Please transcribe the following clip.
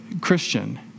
Christian